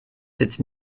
sept